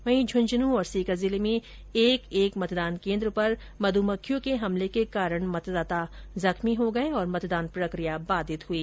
वहीं झुंझुनू और सीकर जिले में एक एक मतदान केन्द्र पर मधुमक्खियों के हमले के कारण मतदाता जख्मी हो गए और मतदान प्रकिया बाधित हुई